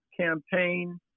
campaign